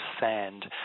sand